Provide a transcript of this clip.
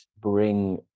bring